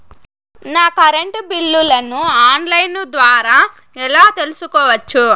నా కరెంటు బిల్లులను online ద్వారా ఎలా తెలుసుకోవచ్చు?